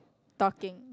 talking